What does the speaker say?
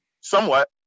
somewhat